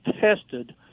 tested